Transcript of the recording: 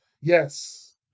Yes